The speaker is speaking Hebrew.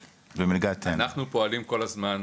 אנחנו פועלים כל הזמן